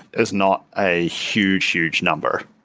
is not a huge, huge number.